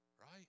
right